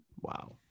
Wow